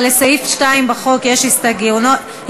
אבל לסעיף 2 בחוק יש הסתייגויות.